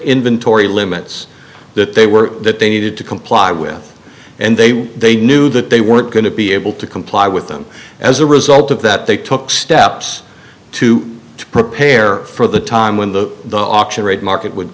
inventory limits that they were that they needed to comply with and they were they knew that they weren't going to be able to comply with them as a result of that they took steps to prepare for the time when the auction rate market would